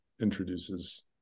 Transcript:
introduces